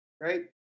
right